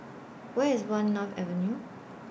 Where IS one North Avenue